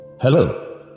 Hello